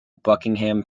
buckingham